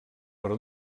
per